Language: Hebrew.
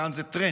מכאן זה trench,